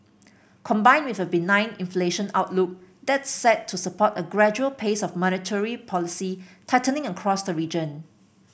combined with a benign inflation outlook that's set to support a gradual pace of monetary policy tightening across the region